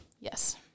Yes